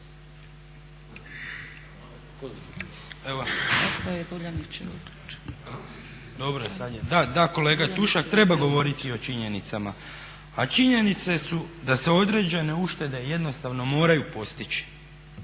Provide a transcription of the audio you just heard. Da kolega Tušak treba govoriti o činjenicama, a činjenicu su da se određene uštede jednostavno moraju postići.